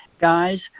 Guys